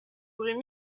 bruits